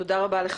תודה רבה לך,